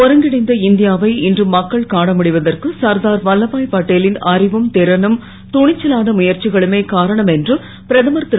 ஒருங்கிணைந்த இந் யாவை இன்று மக்கள் காண முடிவதற்கு சர்தார் வல்லபா பட்டேலின் அறிவும் றனும் துணிச்சலான முயற்சிகளுமே காரணம் என்று பிரதமர் ரு